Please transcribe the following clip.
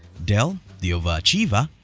dell, the overachiever,